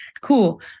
Cool